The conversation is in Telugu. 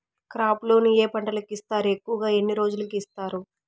క్రాప్ లోను ఏ పంటలకు ఇస్తారు ఎక్కువగా ఎన్ని రోజులకి ఇస్తారు